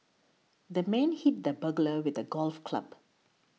the man hit the burglar with a golf club